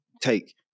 take